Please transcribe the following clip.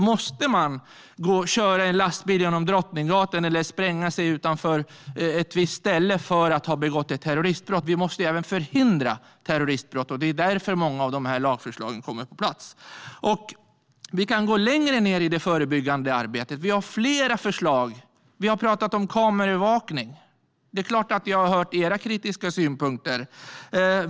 Måste man köra en lastbil längs Drottninggatan eller spränga sig utanför ett visst ställe för att ha begått ett terroristbrott? Vi måste ju även förhindra terroristbrott, och det är därför många av dessa lagförslag kommer på plats. Vi kan gå längre ned i det förebyggande arbetet. Vi har flera förslag. Vi har talat om kameraövervakning. Det är klart att jag har hört era kritiska synpunkter.